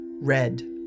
red